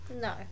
No